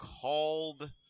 called